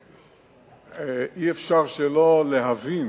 אי-אפשר שלא להבין